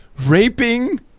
Raping